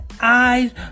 eyes